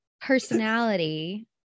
personality